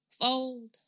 Fold